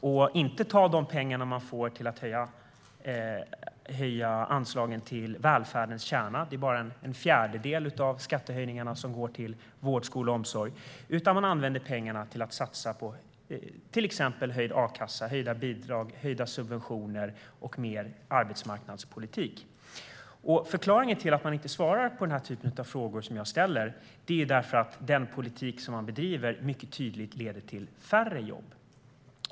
Man tar inte heller de pengar man får till att höja anslagen till välfärdens kärna - det är bara en fjärdedel av skattehöjningarna som går till vård, skola och omsorg - utan man använder pengarna till att satsa på till exempel höjd a-kassa, höjda bidrag, höjda subventioner och mer arbetsmarknadspolitik. Förklaringen till att man inte svarar på den typ av frågor som jag ställer är för att den politik som man bedriver mycket tydligt leder till färre jobb.